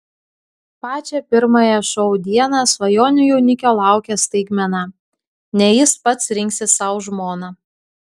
pačią pirmąją šou dieną svajonių jaunikio laukia staigmena ne jis pats rinksis sau žmoną